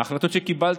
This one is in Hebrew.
ההחלטות שקיבלת,